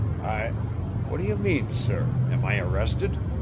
i what do you mean, sir? am i arrested?